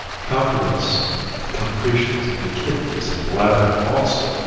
calcareous concretions in the kidneys and bladder, also,